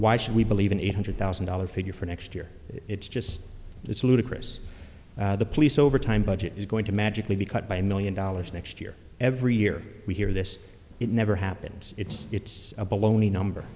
why should we believe an eight hundred thousand dollars figure for next year it's just it's ludicrous the police overtime budget is going to magically be cut by a million dollars next year every year we hear this it never happens it's it's a bit lonely number